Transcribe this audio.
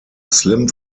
slim